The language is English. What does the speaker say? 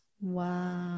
Wow